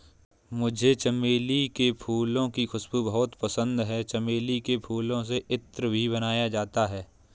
मुझे चमेली के फूलों की खुशबू बहुत पसंद है चमेली के फूलों से इत्र भी बनाया जाता है